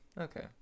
Okay